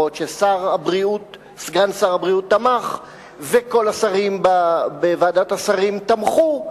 אף-על-פי שסגן שר הבריאות תמך וכל השרים בוועדת השרים תמכו.